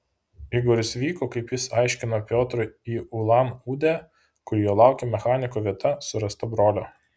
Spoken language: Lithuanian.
igoris vyko kaip jis aiškino piotrui į ulan udę kur jo laukė mechaniko vieta surasta brolio